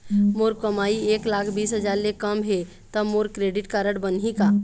मोर कमाई एक लाख बीस हजार ले कम हे त मोर क्रेडिट कारड बनही का?